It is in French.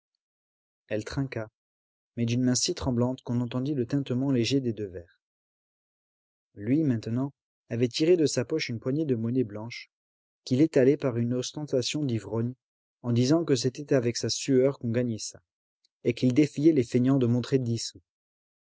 mais d'une main si tremblante qu'on entendit le tintement léger des deux verres lui maintenant avait tiré de sa poche une poignée de monnaie blanche qu'il étalait par une ostentation d'ivrogne en disant que c'était avec sa sueur qu'on gagnait ça et qu'il défiait les feignants de montrer dix sous